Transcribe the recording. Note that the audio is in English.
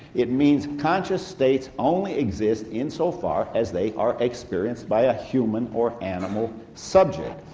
it means conscious states only exist insofar as they are experienced by a human or animal subject.